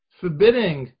forbidding